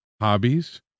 hobbies